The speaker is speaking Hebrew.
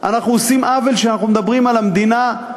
אנחנו עושים עוול שאנחנו מדברים על המדינה,